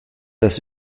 das